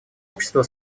общество